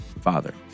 father